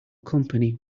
company